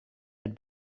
het